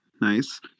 nice